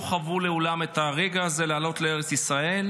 לא חוו את הרגע הזה של לעלות לארץ ישראל,